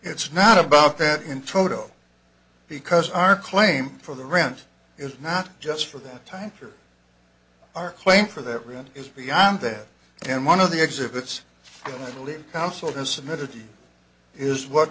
it's not about that in toto because our claim for the rent is not just for that time for our claim for that reason is beyond that and one of the exhibits to live counsel has submitted is what